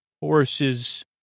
horses